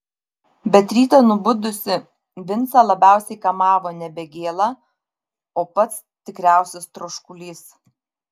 bet rytą nubudusį vincą labiausiai kamavo nebe gėla o pats tikriausias troškulys